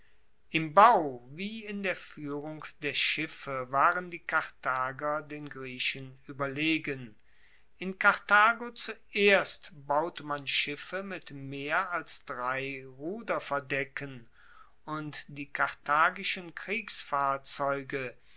im bau wie in der fuehrung der schiffe waren die karthager den griechen ueberlegen in karthago zuerst baute man schiffe mit mehr als drei ruderverdecken und die karthagischen